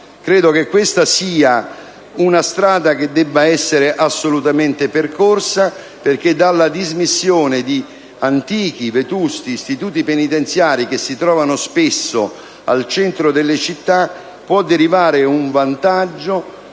Credo che questa sia una strada che debba essere assolutamente percorsa, perché dalla dismissione di antichi e vetusti istituti penitenziari, che si trovano spesso al centro delle città, può derivare un vantaggio